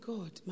God